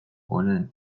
honen